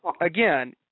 Again